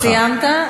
אתה כבר סיימת,